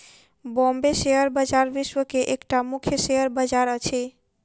Bombay share बजार विश्व के एकटा मुख्य शेयर बजार अछि